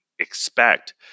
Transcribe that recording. expect